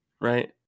right